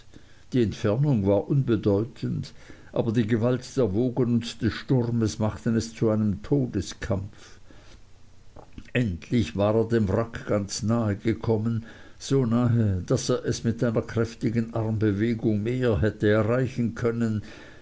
die entfernung war unbedeutend aber die gewalt der wogen und des sturmes machten es zu einem todeskampf endlich war er dem wrack ganz nahe gekommen so nahe daß er es mit einer kräftigen armbewegung mehr hätte erreichen können